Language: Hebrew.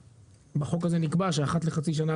בחוק הזה נקבע שאחת לחצי שנה,